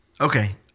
Okay